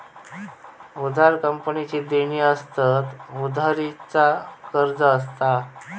उधार कंपनीची देणी असतत, उधारी चा कर्ज असता